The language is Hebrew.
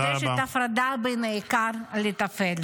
נדרשת הפרדה בין עיקר לטפל.